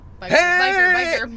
Hey